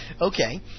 Okay